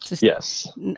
Yes